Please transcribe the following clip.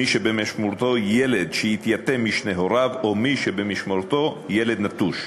מי שבמשמורתו ילד שהתייתם משני הוריו ומי שבמשמורתו ילד נטוש.